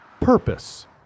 purpose